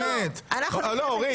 לא מתאים לך.